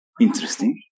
interesting